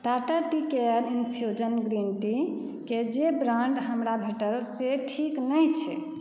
Tata tea care infusion green tea के जे brand हमरा भेटल से ठीक नहि छै